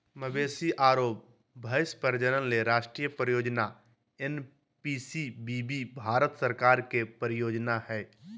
मवेशी आरो भैंस प्रजनन ले राष्ट्रीय परियोजना एनपीसीबीबी भारत सरकार के परियोजना हई